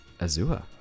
Azua